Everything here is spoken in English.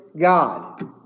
God